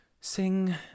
sing